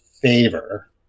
favor